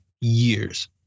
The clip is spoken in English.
years